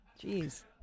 Jeez